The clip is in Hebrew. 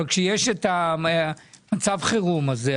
אבל כשיש מצב חירום כזה,